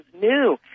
new